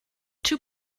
two